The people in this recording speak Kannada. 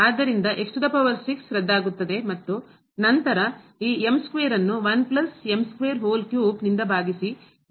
ಆದ್ದರಿಂದ ರದ್ದಾಗುತ್ತದೆ ಮತ್ತು ನಂತರ ನಾವು ಈ ಅನ್ನು ನಿಂದ ಭಾಗಿಸಿ ಮಿತಿಯನ್ನು ಪಡೆಯುತ್ತೇವೆ